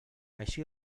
així